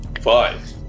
five